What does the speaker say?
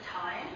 time